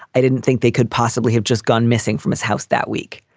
i didn't think they could possibly have just gone missing from his house that week,